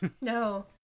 no